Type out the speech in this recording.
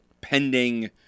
pending